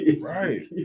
Right